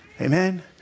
Amen